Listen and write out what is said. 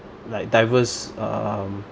like diverse um